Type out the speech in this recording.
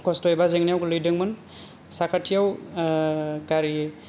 खस्थ' एबा जेंनायाव गोलैदोंमोन साखाथियाव गारि